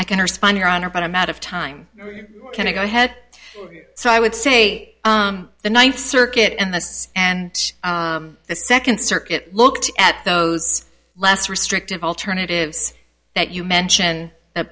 i can respond your honor but i'm out of time can i go ahead so i would say the ninth circuit and this and the second circuit looked at those less restrictive alternatives that you mention that